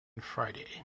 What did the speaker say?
friday